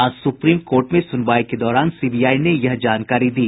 आज supreme court में सुनवाई के दौरान सीबीआई ने यह जानकारी दी